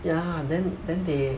ya then then they